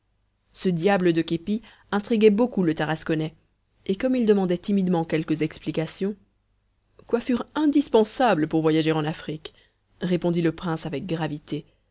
ce diable de képi intriguait beaucoup le tarasconnais et comme il demandait timidement quelques explications coiffure indispensable pour voyager en afrique répondit le prince avec gravité